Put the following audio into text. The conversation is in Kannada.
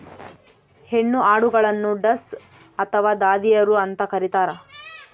ಹೆಣ್ಣು ಆಡುಗಳನ್ನು ಡಸ್ ಅಥವಾ ದಾದಿಯರು ಅಂತ ಕರೀತಾರ